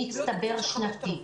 מצטבר שנתי.